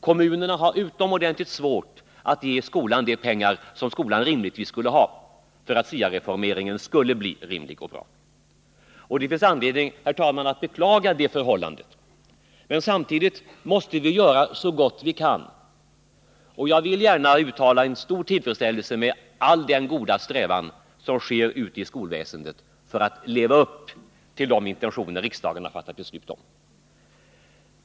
Kommunerna har utomordentligt svårt att ge skolan de pengar som skolan rimligtvis borde ha för att SIA reformeringen skulle bli rimlig och bra. Det finns anledning, herr talman, att beklaga det förhållandet. Men samtidigt måste vi göra så gott vi kan. Jag vill gärna uttala stor tillfredsställelse över de stora bemödanden som görs inom skolväsendet för att leva upp till de intentioner som riksdagen har fattat beslut om.